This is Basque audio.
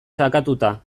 sakatuta